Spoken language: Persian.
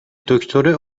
دکتر